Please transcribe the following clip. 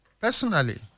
personally